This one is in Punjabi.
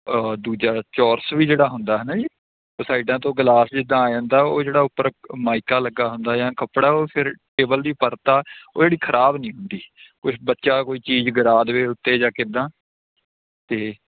ਦੂਜਾ ਚੋਰਸ ਵੀ ਜਿਹੜਾ ਹੁੰਦਾ ਹੈ ਨਾ ਜੀ ਸਾਈਡਾਂ ਤੋਂ ਗਿਲਾਸ ਜਿੱਦਾਂ ਆ ਜਾਂਦਾ ਉਹ ਜਿਹੜਾ ਉੱਪਰ ਮਾਈਕਾ ਲੱਗਾ ਹੁੰਦਾ ਜਾਂ ਕੱਪੜਾ ਉਹ ਫਿਰ ਟੇਬਲ ਦੀ ਪਰਤ ਆ ਉਹ ਜਿਹੜੀ ਖਰਾਬ ਨਹੀਂ ਹੁੰਦੀ ਕੋਈ ਬੱਚਾ ਕੋਈ ਚੀਜ਼ ਗਿਰਾ ਦੇਵੇ ਉੱਤੇ ਜਾਂ ਕਿੱਦਾਂ ਅਤੇ